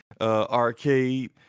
Arcade